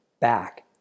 back